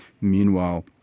Meanwhile